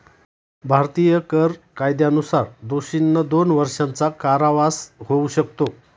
भारतीय कर कायद्यानुसार दोषींना दोन वर्षांचा कारावास होऊ शकतो